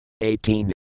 Eighteen